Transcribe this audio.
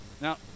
now